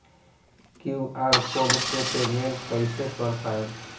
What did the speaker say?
QR code से payment कईसे कर पाएम?